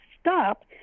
stop